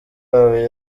wawe